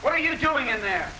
what are you doing in there